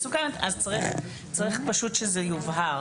צריך להבהיר את זה.